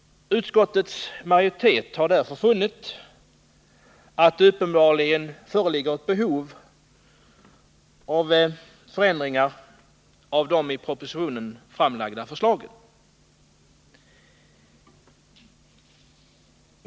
Utskottets majoritet har funnit att det uppenbarligen föreligger ett behov av förändringar av de i propositionen framlagda förslagen.